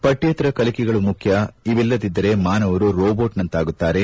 ಪಕ್ಷೇತರ ಕಲಿಕೆಗಳು ಮುಖ್ಯ ಇವಿಲ್ಲದಿದ್ದರೇ ಮಾನವರು ರೋಮೋಟ್ನಂತಾಗುತ್ತಾರೆ